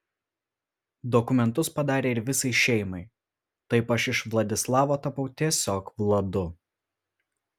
dokumentus padarė ir visai šeimai taip aš iš vladislavo tapau tiesiog vladu